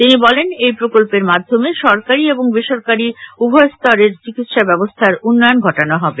তিনি বলেন এই প্রকল্পের মাধ্যমে সরকারী এবং বেসরকারী উভয় স্তরের চিকিৎসা ব্যবস্থার উন্নয়ন ঘটানো হবে